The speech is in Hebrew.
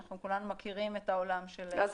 אנחנו כולנו מכירים את העולם --- אז